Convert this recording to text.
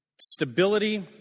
stability